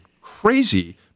crazy